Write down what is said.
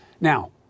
Now